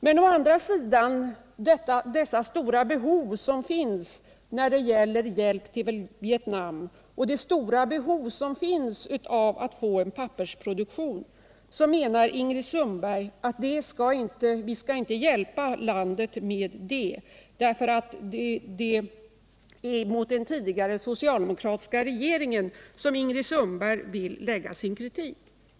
Men beträffande det stora behov av hjälp till Vietnam som finns, och det stora behov av en pappersproduktion som finns, så menar Ingrid Sundberg att vi inte skall hjälpa landet med detta. Och det är mot den tidigare socialdemokratiska regeringen som Ingrid Sundberg vill fram föra sin kritik.